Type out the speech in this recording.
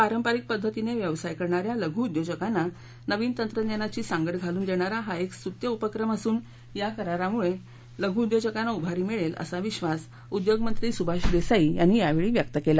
पारंपरिक पद्धतीनं व्यवसाय करणाऱ्या लघू उद्योजकांना नवीन तंत्रज्ञानाची सांगड घालून देणारा हा एक स्तृत्य उपक्रम असून या करारामुळे लघू उद्योजकांना उभारी मिळेल असा विश्वास उद्योगमंत्री सुभाष देसाई यांनी यावेळी व्यक्त केला